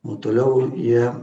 o toliau jie